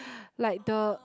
like the